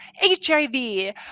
hiv